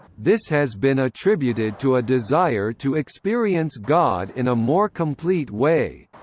this has been attributed to a desire to experience god in a more complete way.